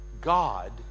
God